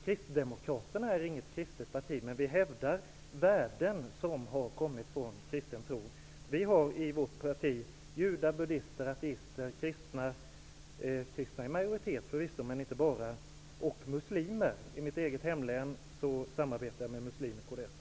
Kristdemokraterna är inte något kristet parti, men vi hävdar värden som har kommit från kristen tro. I vårt parti finns judar, buddister, ateister, kristna -- i majoritet, förvisso, men inte enbart -- och muslimer. I mitt eget hemlän samarbetar jag med muslimer i kds.